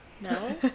no